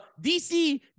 DC